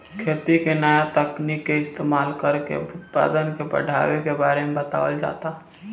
खेती में नया तकनीक के इस्तमाल कर के उत्पदान के बढ़ावे के बारे में बतावल जाता